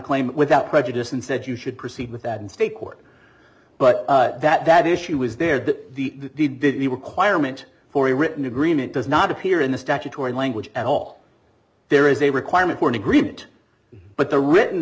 claim without prejudice and said you should proceed with that and state court but that issue was there that the deed didn't requirement for a written agreement does not appear in the statutory language at all there is a requirement for an agreement but the written